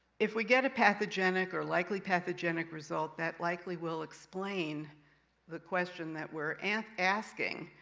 if we get a pathogenic or likely pathogenic result, that likely will explain the question that we're and asking,